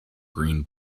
green